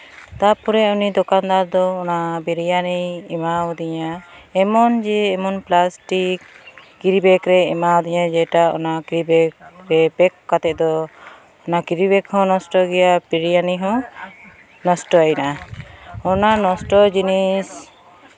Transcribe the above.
ᱛᱟᱨᱯᱚᱨᱮ ᱩᱱᱤ ᱫᱚᱠᱟᱱᱫᱟᱨ ᱫᱚ ᱚᱱᱟ ᱵᱤᱨᱭᱟᱱᱤ ᱮᱢᱣᱫᱤᱧᱟᱭ ᱮᱢᱚᱱ ᱡᱮ ᱮᱢᱚᱱ ᱯᱞᱟᱥᱴᱤᱠ ᱠᱮᱨᱤᱵᱮᱜᱽ ᱨᱮ ᱮᱢᱟᱣ ᱫᱤᱧᱟᱭ ᱡᱮᱴᱟ ᱚᱱᱟ ᱠᱮᱨᱤᱵᱮᱜᱽ ᱯᱮᱠ ᱠᱟᱛᱮᱫ ᱫᱚ ᱚᱱᱟ ᱠᱮᱨᱤᱵᱮᱜᱽ ᱦᱚᱸ ᱱᱚᱥᱴᱚ ᱭᱮᱭᱟ ᱚᱱᱟ ᱱᱚᱥᱴᱚ ᱡᱤᱱᱤᱥ